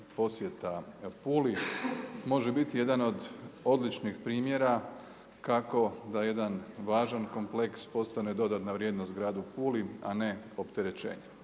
posjeta Puli može biti jedan od odličnih primjera kako da jedan važan kompleks postane dodatna vrijednost gradu Puli, a ne opterećenje.